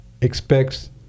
expects